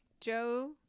Joe